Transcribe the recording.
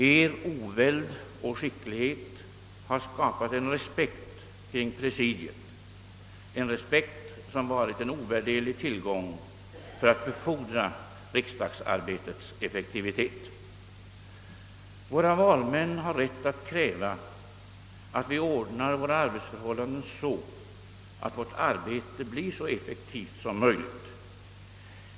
Er oväld och skicklighet har skapat en respekt kring presidiet, en respekt som varit en ovärderlig tillgång för att befordra riksdagsarbetets effektivitet. Våra valmän har rätt att kräva att vi ordnar våra arbetsförhållanden så, att vårt arbete blir så effektivt som möjligt.